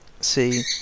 See